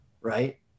right